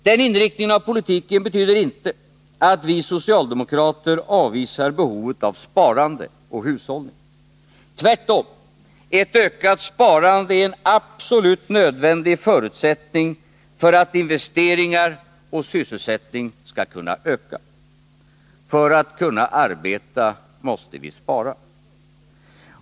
Den inriktningen av politiken betyder inte att vi socialdemokrater avvisar behovet av sparande och hushållning. Tvärtom — ett ökat sparande är en absolut nödvändig förutsättning för att investeringar och sysselsättning skall kunna öka. För att kunna arbeta måste vi spara.